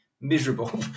miserable